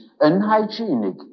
unhygienic